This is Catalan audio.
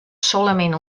solament